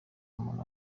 umuntu